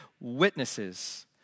witnesses